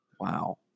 Wow